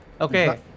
Okay